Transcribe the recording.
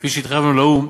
כפי שהתחייבנו לאו"ם,